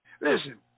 Listen